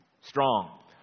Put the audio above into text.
strong